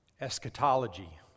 eschatology